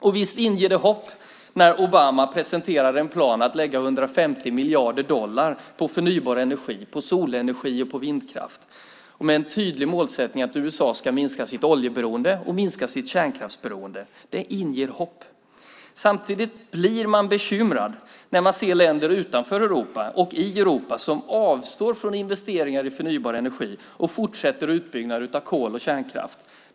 Och visst inger det hopp när Obama presenterar en plan att lägga 150 miljarder dollar på förnybar energi - solenergi och vindkraft - med en tydlig målsättning att USA ska minska sitt oljeberoende och sitt kärnkraftsberoende. Det inger hopp. Samtidigt blir man bekymrad när man ser länder utanför och i Europa som avstår från investeringar i förnybar energi och fortsätter utbyggnaden av kol och kärnkraft.